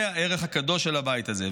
זה הערך הקדוש של הבית הזה.